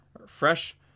refresh